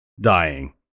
dying